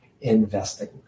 investing